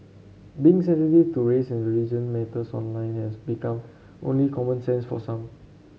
being sensitive to race and religion matters online has become only common sense for some